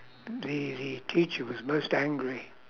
the the teacher was most angry